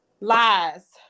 Lies